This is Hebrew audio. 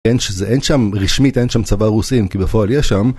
אין שזה, אין שם רשמית, אין שם צבא רוסי כי בפועל יש שם